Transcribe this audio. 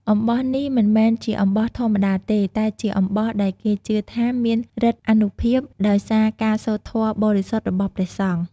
អំបោះនេះមិនមែនជាអំបោះធម្មតាទេ តែជាអំបោះដែលគេជឿថាមានឫទ្ធិអានុភាពដោយសារការសូត្រធម៌បរិសុទ្ធរបស់ព្រះសង្ឃ។